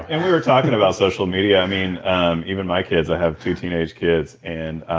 and we were talking about social media i mean um even my kids i have two teenage kids and